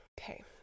okay